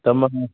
ತಮ್ಮ ಹಾಂ